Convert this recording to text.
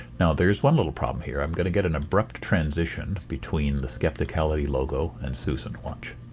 now there's one little problem here. i'm going to get an abrupt transition between the skepticality logo and susan. watch.